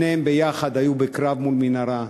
שניהם ביחד היו בקרב מול מנהרה,